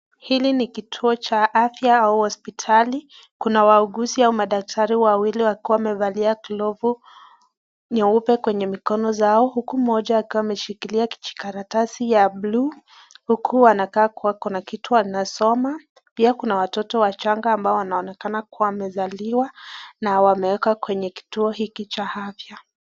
Hili ni kituo cha afya au hospitali. Kuna wauguzi au madaktari wawili wakiwa wamevalia glovu nyeupe kwenye mikono zao, huku mmoja akiwa ameshikilia kijikaratasi ya buluu huku anakaa kua kuna kitu anasoma. Pia kuna watoto wachanga amabo wanaonekana ni kama wamezaliwa na wamewekwa kwenye kituo hiki cha afya.